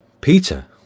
Peter